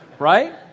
right